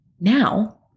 Now